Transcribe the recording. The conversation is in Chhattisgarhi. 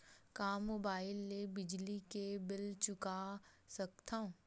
का मुबाइल ले बिजली के बिल चुका सकथव?